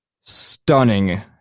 stunning